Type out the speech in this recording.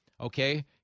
Okay